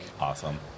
Awesome